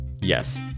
yes